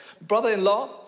brother-in-law